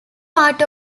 part